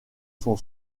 son